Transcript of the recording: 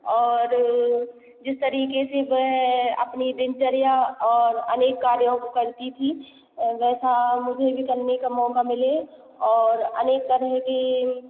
और जिस तरीके से वे अपनी दिनचर्या और अनेक कार्यों को करती थी वैसा मुझे भी करना का मौका मिले और अनेक तरह के